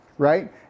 Right